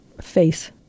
face